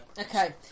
Okay